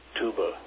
tuba